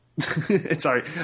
Sorry